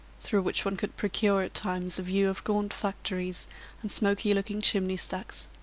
through which one could procure at times a view of gaunt factories and smoky-looking chimney-stacks.